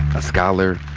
a scholar,